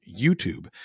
YouTube